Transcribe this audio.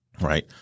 Right